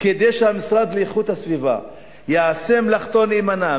כדי שהמשרד לאיכות הסביבה יעשה מלאכתו נאמנה,